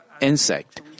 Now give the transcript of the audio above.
insect